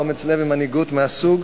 אומץ לב ומנהיגות מהסוג,